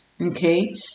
okay